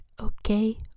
Okay